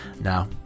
Now